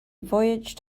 voyaged